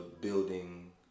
building